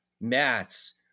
mats